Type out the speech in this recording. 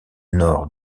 nord